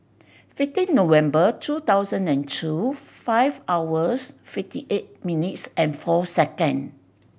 fifteen November two thousand and two five hours fifty eight minutes and four second